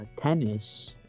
tennis